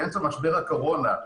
באמצע משבר הקורונה,